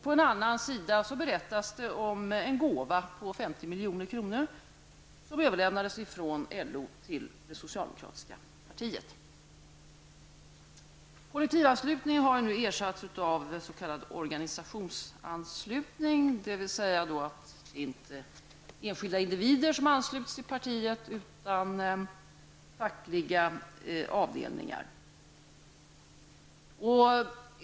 På en annan sida berättas det om en gåva på 50 organisationsanslutning, dvs. att det inte är enskilda individer som ansluts till partiet utan fackliga avdelningar.